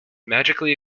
magically